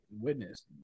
Witness